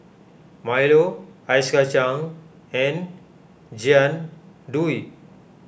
Milo Ice Kachang and Jian Dui